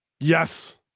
Yes